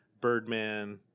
Birdman